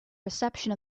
reception